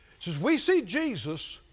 it says, we see jesus,